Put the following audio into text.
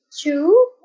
two